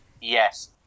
Yes